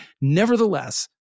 Nevertheless